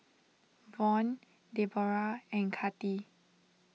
Vaughn Debora and Kathi